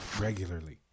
Regularly